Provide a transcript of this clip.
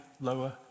lower